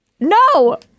No